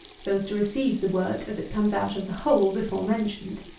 so as to receive the wort as it comes out of the hole before-mentioned.